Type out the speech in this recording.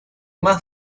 más